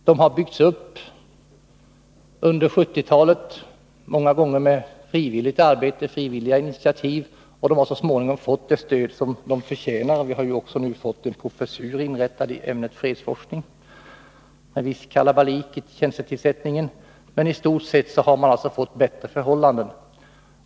De har byggts upp under 1970-talet, många gånger med frivilliga initiativ, och de har så småningom fått det stöd som de förtjänar. Det har nu också inrättats en professur i ämnet fredsforskning, och även om det uppstod en viss kalabalik kring tjänstetillsättningen har man i stort sett fått bättre förhållanden.